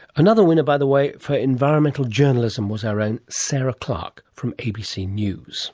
another winner, by the way, for environmental journalism, was our own sarah clarke from abc news